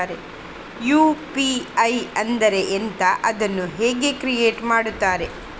UPI ಅಂದ್ರೆ ಎಂಥ? ಅದನ್ನು ಕ್ರಿಯೇಟ್ ಹೇಗೆ ಮಾಡುವುದು?